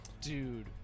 dude